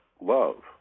love